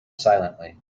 silently